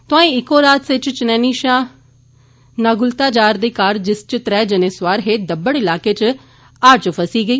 तोआई इक होर हादसे च चनैनी शां नगुल्टा जा'रदी कार जिस च त्रै जने सुआर हे दब्बड़ इलाके च हाड़ च फसी गे